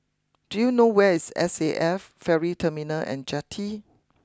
do you know where is S A F Ferry Terminal and Jetty